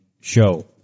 show